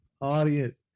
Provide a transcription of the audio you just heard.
audience